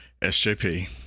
SJP